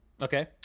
Okay